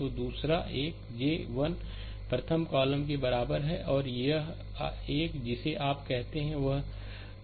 तो दूसरा एक j 1 प्रथम कॉलम के बराबर है और यह एक जिसे आप कहते हैं वह जाएगा